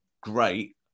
great